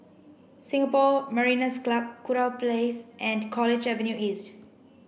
Singapore Mariners' Club Kurau Place and College Avenue East